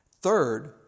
Third